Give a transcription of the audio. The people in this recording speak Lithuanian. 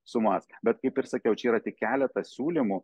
sumas bet kaip ir sakiau čia yra tik keletas siūlymų